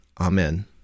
Amen